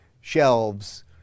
shelves